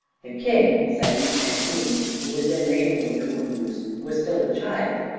the king, seif-ed-din, who was then reigning over ormuz, was still a child,